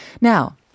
Now